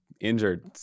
injured